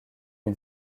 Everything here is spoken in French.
une